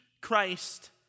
Christ